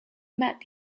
met